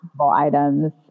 items